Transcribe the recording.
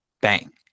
Bang